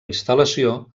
instal·lació